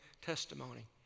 testimony